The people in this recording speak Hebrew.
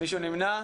מישהו נמנע?